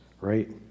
right